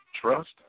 trust